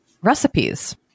recipes